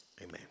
Amen